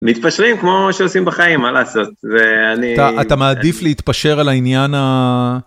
מתפשרים כמו שעושים בחיים מה לעשות ואני, אתה מעדיף להתפשר על העניין.